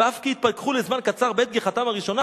ואם כי התפכחו לזמן קצר ב גיחתם הראשונה,